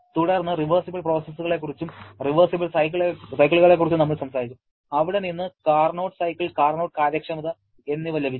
തുടർന്ന് റിവേർസിബിൾ പ്രോസസ്സുകളെക്കുറിച്ചും റിവേർസിബിൾ സൈക്കിളുകളെക്കുറിച്ചും നമ്മൾ സംസാരിച്ചു അവിടെ നിന്ന് കാർനോട്ട് സൈക്കിൾ കാർനോട്ട് കാര്യക്ഷമത എന്നിവ ലഭിച്ചു